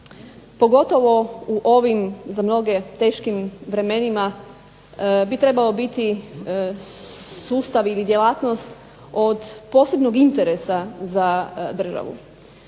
pogotovo u ovim za mnoge teškim vremenima bi trebao biti sustav ili djelatnost od posebnog interesa za državu.